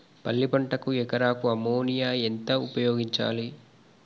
పల్లి పంటకు ఎకరాకు అమోనియా ఎంత ఉపయోగించాలి?